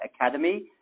Academy